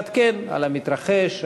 לעדכן על המתרחש,